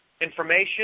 information